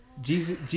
Jesus